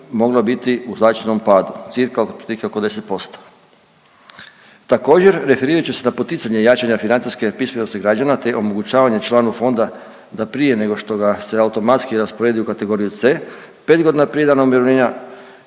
mogla biti u značajnom padu cca otprilike 10%. Također, referirat ću se na poticanje jačanja financijske pismenosti građana te omogućavanja članu fonda da prije nego što ga automatski raspredi u kategoriju C, 5 godina prije dana umirovljenja